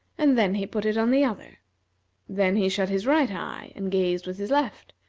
and then he put it on the other then he shut his right eye and gazed with his left,